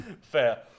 Fair